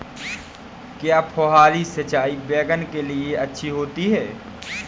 क्या फुहारी सिंचाई बैगन के लिए अच्छी होती है?